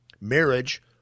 Marriage